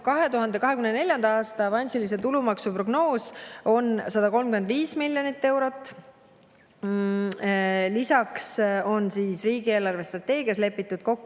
2024. aasta avansilise tulumaksu prognoos on 135 miljonit eurot. Lisaks on riigi eelarvestrateegias lepitud kokku